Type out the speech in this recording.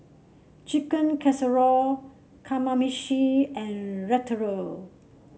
Chicken Casserole Kamameshi and Ratatouille